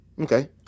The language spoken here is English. okay